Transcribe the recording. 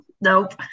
nope